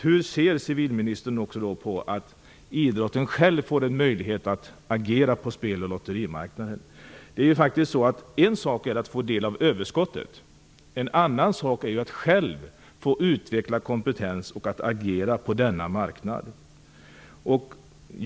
Hur ser civilministern på att idrotten själv får en möjlighet att agera på spel och lotterimarknaden? En sak är att få del av överskottet, en annan att själv få utveckla kompetens och agera på denna marknad.